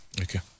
Okay